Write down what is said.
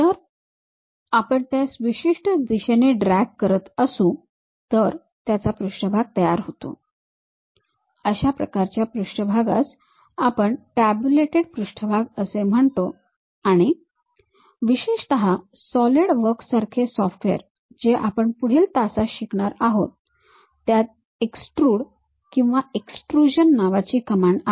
जर आपण त्यास विशिष्ट दिशेने ड्रॅग करत असू तर त्याचा पृष्ठभाग तयार होतो अशा प्रकारच्या पृष्ठभागात आपण टॅब्युलेटेड पृष्ठभाग असे म्हणतो आणि विशेषत सॉलिडवर्क्स सारखे सॉफ्टवेअर जे आपण पुढील तासात शिकणार आहोतो त्यात एक्सट्रूड किंवा एक्सट्रुजन नावाची कमांड आहे